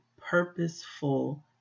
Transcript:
purposeful